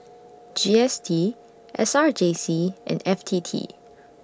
G S T S R J C and F T T